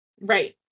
Right